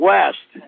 West